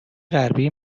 غربی